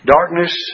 Darkness